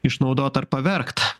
išnaudot ar pavergt